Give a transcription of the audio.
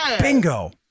Bingo